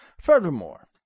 Furthermore